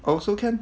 also can